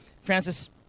Francis